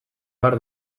behar